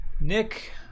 Nick